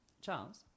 Charles